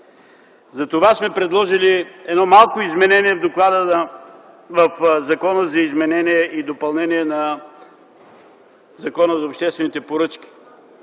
Затова сме предложили едно малко изменение в Закона за изменение и допълнение на Закона за обществените поръчки.